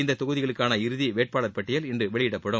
இந்தத் தொகுதிகளுக்கான இறுதி வேட்பாளர் பட்டியல் இன்று வெளியிடப்படும்